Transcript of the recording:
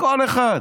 לאף אחד.